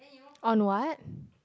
on what